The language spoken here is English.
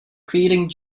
creating